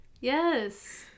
Yes